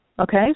Okay